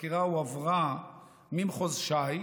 החקירה הועברה ממחוז ש"י